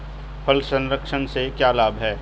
फल संरक्षण से क्या लाभ है?